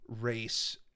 race